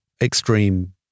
extreme